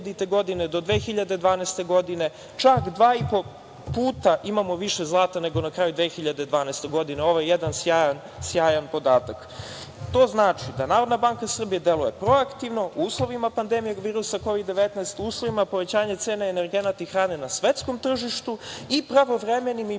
do 2012. godine. Čak 2,5 puta imamo više zlata nego na kraju 2012. godine. Ovo je jedan sjajan podatak. To znači, da Narodna banka Srbije deluje proaktivno u uslovima pandemije virusa Kovid – 19, u uslovima povećanja cene energenata i hrane na svetskom tržištu i pravovremenim i blagovremenim